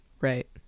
right